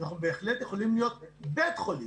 אנחנו בהחלט יכולים להיות בית חולים.